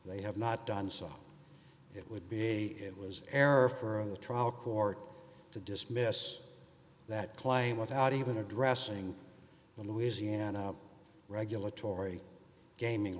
they have not done so it would be it was error for a trial court to dismiss that claim without even addressing the louisiana regulatory gaming